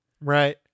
Right